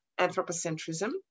anthropocentrism